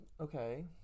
Okay